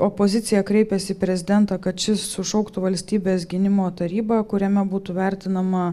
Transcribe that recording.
opozicija kreipėsi į prezidentą kad šis sušauktų valstybės gynimo tarybą kuriame būtų vertinama